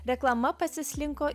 reklama pasislinko